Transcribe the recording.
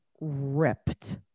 ripped